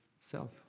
self